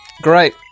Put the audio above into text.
great